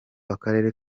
akarere